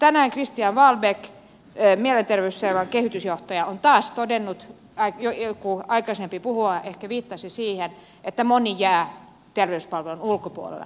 tänään kristian wahlbeck mielenterveysseuran kehitysjohtaja on taas todennut joku aikaisempi puhuja ehkä viittasi siihen että moni jää terveyspalvelujen ulkopuolelle